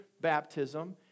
baptism